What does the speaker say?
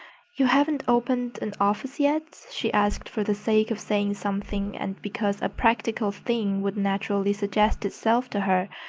you haven't opened an office yet? she asked for the sake of saying something, and because a practical thing would naturally suggest itself to her.